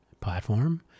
platform